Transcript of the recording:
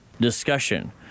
discussion